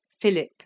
Philip